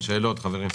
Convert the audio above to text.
שאלות, חברים.